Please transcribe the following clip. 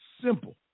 Simple